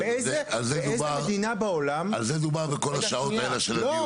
על זה דובר בכל שעות הדיונים.